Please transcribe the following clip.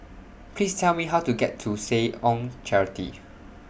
Please Tell Me How to get to Seh Ong Charity